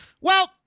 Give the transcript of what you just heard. Well-